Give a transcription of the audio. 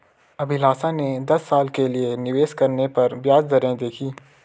अभिलाषा ने दस साल के लिए निवेश करने पर ब्याज दरें देखी